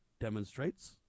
demonstrates